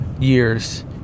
years